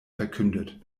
verkündet